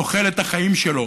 תוחלת החיים שלו